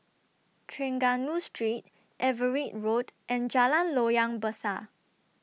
Trengganu Street Everitt Road and Jalan Loyang Besar